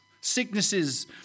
sicknesses